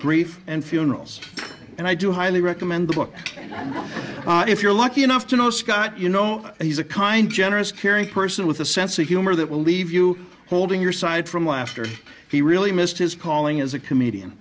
grief and funerals and i do highly recommend the book if you're lucky enough to know scott you know he's a kind generous caring person with a sense of humor that will leave you holding your side from laughter he really missed his calling as a comedian